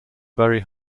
very